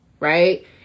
right